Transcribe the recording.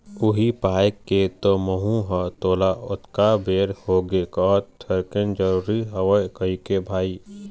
उही पाय के तो महूँ ह तोला अतका बेर होगे कहत थेरेसर जरुरी हवय कहिके भाई